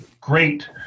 great